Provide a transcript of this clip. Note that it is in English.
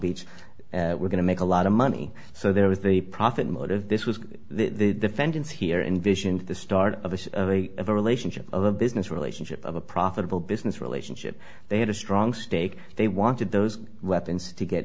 beach we're going to make a lot of money so there is the profit motive this was the defendants here envisioned the start of a show of a of a relationship of a business relationship of a profitable business relationship they had a strong stake they wanted those weapons to get